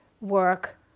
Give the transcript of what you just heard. work